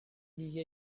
دیگه